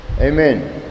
Amen